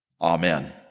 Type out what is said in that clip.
Amen